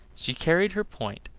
she carried her point,